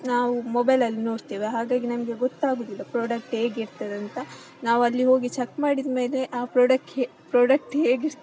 ನಾವು ಮೊಬೈಲಲ್ಲಿ ನೋಡ್ತೇವಾ ಹಾಗಾಗಿ ನಮಗೆ ಗೊತ್ತಾಗೋದಿಲ್ಲ ಪ್ರಾಡಕ್ಟ್ ಹೇಗಿರ್ತದಂತ ನಾವು ಅಲ್ಲಿ ಹೋಗಿ ಚೆಕ್ ಮಾಡಿದಮೇಲೆ ಆ ಪ್ರಾಡಕ್ಟ್ ಹೇ ಪ್ರಾಡಕ್ಟ್ ಹೇಗಿರ್ತ